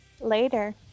Later